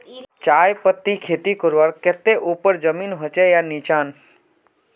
चाय पत्तीर खेती करवार केते ऊपर जमीन होचे या निचान?